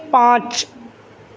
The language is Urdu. پانچ